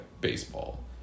baseball